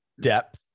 depth